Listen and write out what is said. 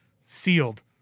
Sealed